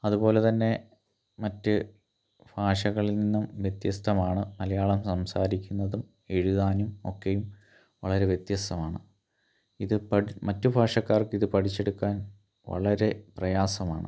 അതുപോലെ തന്നെ മറ്റ് ഭാഷകളിൽ നിന്നും വ്യത്യസ്തമാണ് മലയാളം സംസാരിക്കുന്നതും എഴുതാനും ഒക്കെയും വളരെ വ്യത്യസ്തമാണ് ഇത് മറ്റു ഭാഷക്കാർക്ക് ഇത് പഠിച്ചെടുക്കാൻ വളരെ പ്രയാസമാണ്